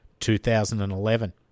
2011